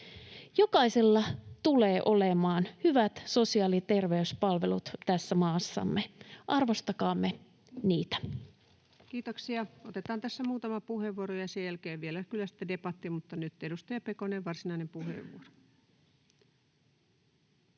Jokaisella tulee olemaan hyvät sosiaali- ja terveyspalvelut tässä maassamme — arvostakaamme niitä. Kiitoksia. — Otetaan tässä muutama puheenvuoro ja sen jälkeen vielä kyllä sitten debatti. — Mutta nyt, edustaja Pekonen, varsinainen puheenvuoro.